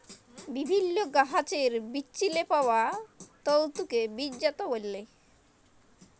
বিভিল্ল্য গাহাচের বিচেল্লে পাউয়া তল্তুকে বীজজাত ব্যলে